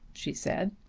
she said.